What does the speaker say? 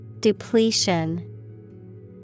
depletion